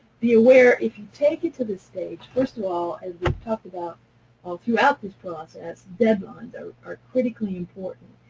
be aware if you take it to this stage, first of all, as we talked about all throughout this process, deadlines are are critically important.